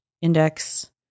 index